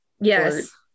Yes